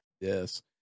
Yes